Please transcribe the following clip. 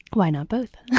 why not both?